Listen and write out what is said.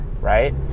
right